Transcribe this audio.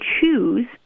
choose